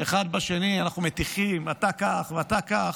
אחד בשני, אנחנו מטיחים, אתה כך ואתה כך,